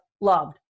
loved